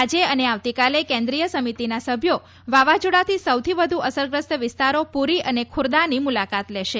આજે અને આવતીકાલે કેન્દ્રીય સમિતિના સભ્યો વાવાઝોડાથી સૌથી વધુ અસરગ્રસ્ત વિસ્તારો પુરી અને ખુરદાની મુલાકાત લેશે